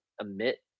emit